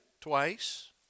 twice